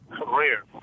Career